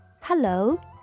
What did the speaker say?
Hello